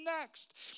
next